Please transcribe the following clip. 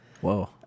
Whoa